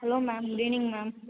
hello ma'am good evening ma'am